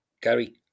Gary